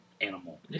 animal